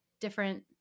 different